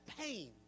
pain